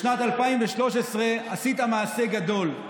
בשנת 2013 עשית מעשה גדול,